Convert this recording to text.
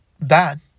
bad